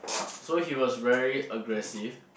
so he was very aggressive